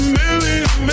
million